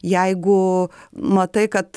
jeigu matai kad